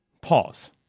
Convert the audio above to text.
pause